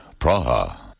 Praha